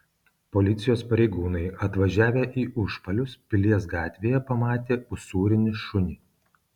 policijos pareigūnai atvažiavę į užpalius pilies gatvėje pamatė usūrinį šunį